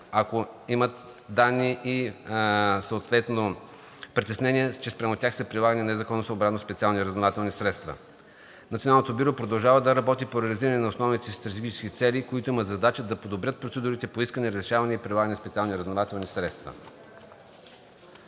ако имат данни и съответни притеснения, че спрямо тях са прилагани незаконосъобразно специални разузнавателни средства. Националното бюро продължава да работи по реализиране на основните си стратегически цели, които имат задача да подобрят процедурите по искане, разрешаване и прилагане на специални разузнавателни средства.